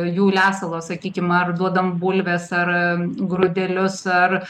jų lesalo sakykim ar duodam bulves ar grūdelius ar